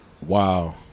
Wow